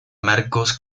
marcos